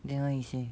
then what he say